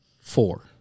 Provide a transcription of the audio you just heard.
four